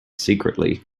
secretly